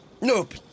Nope